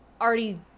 already